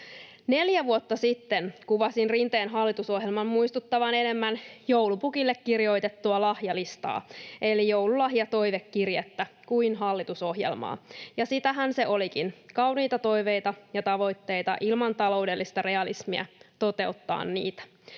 Neljä vuotta sitten kuvasin Rinteen hallitusohjelman muistuttavan enemmän joulupukille kirjoitettua lahjalistaa eli joululahjatoivekirjettä kuin hallitusohjelmaa, ja sitähän se olikin: kauniita toiveita ja tavoitteita ilman taloudellista realismia toteuttaa niitä.